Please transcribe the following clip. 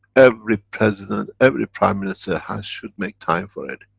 every president every prime minister have should make time for it.